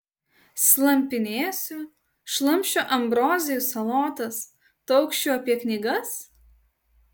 slampinėsiu šlamšiu ambrozijų salotas taukšiu apie knygas